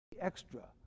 Extra